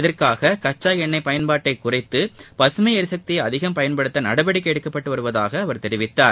இதற்காக கச்சா எண்ணெய் பயன்பாட்டை குறைத்து பசுமை எரிசக்தியை அதிகம் பயன்படுத்த நடவடிக்கை எடுக்கப்பட்டு வருவதாக அவர் தெரிவித்தார்